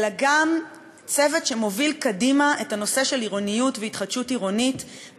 אלא גם צוות שמוביל קדימה את הנושא של עירוניות והתחדשות עירונית,